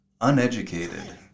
uneducated